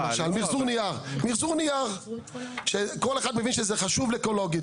כל אחד מבין שזה חשוב אקולוגית,